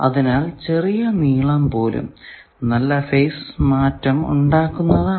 അതിനാൽ ചെറിയ നീളം പോലും നല്ല ഫേസ് മാറ്റം ഉണ്ടാക്കുന്നതാണ്